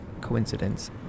coincidence